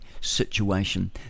situation